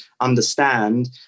understand